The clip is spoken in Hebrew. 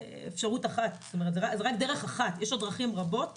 אפשרות אחת, זו רק דרך אחת ויש עוד דרכים רבות.